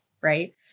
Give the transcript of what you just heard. right